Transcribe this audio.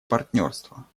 партнерства